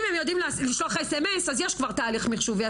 אם הם יודעים לשלוח sms אז יש כבר תהליך מחשובי.